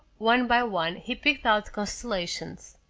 one by one he picked out the constellations.